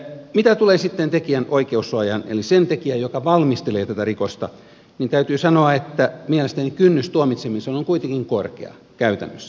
mitä tulee sitten tekijän oikeussuojaan eli sen tekijän joka valmistelee tätä rikosta niin täytyy sanoa että mielestäni kynnys tuomitsemiseen on kuitenkin korkea käytännössä